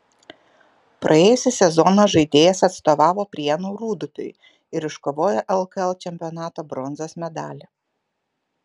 praėjusį sezoną žaidėjas atstovavo prienų rūdupiui ir iškovojo lkl čempionato bronzos medalį